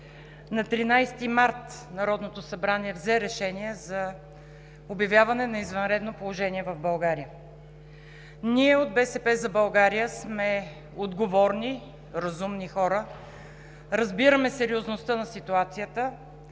На 13 март 2020 г. Народното събрание взе решение за обявяване на извънредно положение в България. Ние от „БСП за България“ сме отговорни, разумни хора – разбираме сериозността на ситуацията,